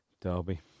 derby